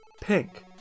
Pink